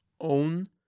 own